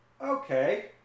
okay